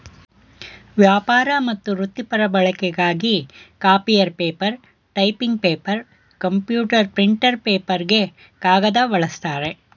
ವ್ಯಾಪಾರ ಮತ್ತು ವೃತ್ತಿಪರ ಬಳಕೆಗಾಗಿ copier paper typing paper computer printer ಪೇಪರ್ಗೆ ಕಾಗದ ಬಳಸ್ತಾರೆ